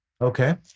Okay